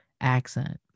accent